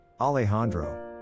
Alejandro